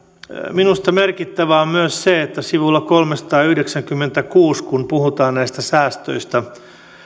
minusta merkittävää on myös se että sivulla kolmesataayhdeksänkymmentäkuusi kun puhutaan näistä säästöistä